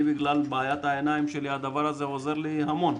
אני בגלל בעיית העיניים שלי, הדבר עוזר לי המון.